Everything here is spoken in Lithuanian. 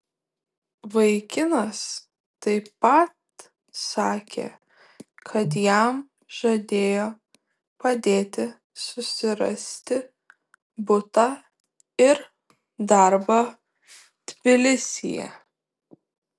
vaikinas taip pat sakė kad jam žadėjo padėti susirasti butą ir darbą tbilisyje